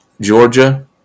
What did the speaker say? Georgia